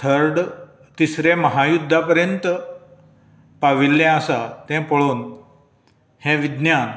third तिसरें महायुध्दा पर्यंत पाविल्लें आसा तें पळोवन हें विज्ञान